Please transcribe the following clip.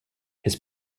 his